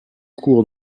court